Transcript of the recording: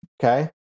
Okay